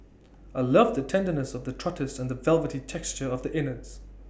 I love the tenderness of the trotters and the velvety texture of the innards